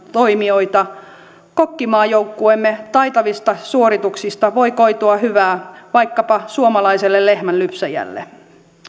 toimijoita kokkimaajoukkueemme taitavista suorituksista voi koitua hyvää vaikkapa suomalaiselle lehmänlypsäjälle